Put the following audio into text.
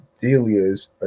Delia's